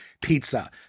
pizza